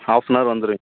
half an hour வந்துரும்